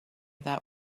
that